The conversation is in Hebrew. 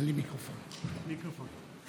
קריאתי לממשלה רחבה זכתה לביקורת ממה שקרוי מימין ומשמאל.